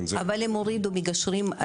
אבל הם הורידו מגשרים,